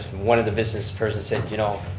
one of the business person said, you know,